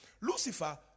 Lucifer